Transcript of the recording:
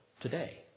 today